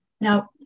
Now